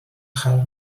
خلق